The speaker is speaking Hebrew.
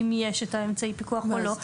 אם יש את אמצעי הפיקוח או לא,